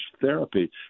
therapy